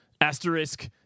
Asterisk